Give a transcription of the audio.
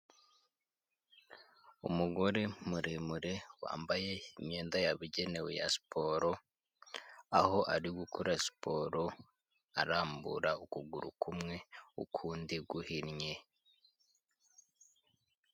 Umugore muremure wambaye imyenda yabugenewe ya siporo, aho ari gukora siporo arambura ukuguru kumwe ukundi guhinnye.